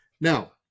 Now